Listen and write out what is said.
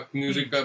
music